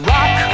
Rock